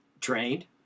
trained